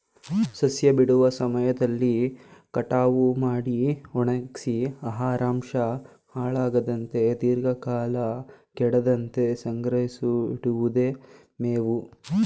ಸಸ್ಯ ಬಿಡುವ ಸಮಯದಲ್ಲಿ ಕಟಾವು ಮಾಡಿ ಒಣಗ್ಸಿ ಆಹಾರಾಂಶ ಹಾಳಾಗದಂತೆ ದೀರ್ಘಕಾಲ ಕೆಡದಂತೆ ಸಂಗ್ರಹಿಸಿಡಿವುದೆ ಮೇವು